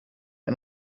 ein